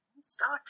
start